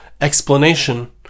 explanation